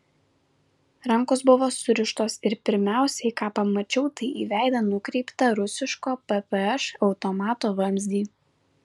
rankos buvo surištos ir pirmiausiai ką pamačiau tai į veidą nukreiptą rusiško ppš automato vamzdį